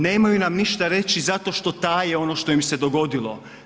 Nemaju nam ništa reći zato što taje ono što im se dogodilo.